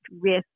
risk